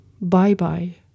bye-bye